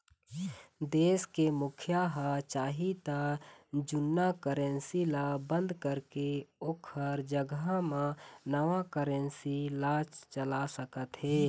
देश के मुखिया ह चाही त जुन्ना करेंसी ल बंद करके ओखर जघा म नवा करेंसी ला चला सकत हे